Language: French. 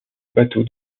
bateau